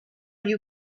you